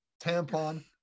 tampon